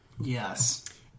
yes